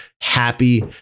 happy